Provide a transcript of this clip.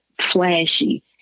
flashy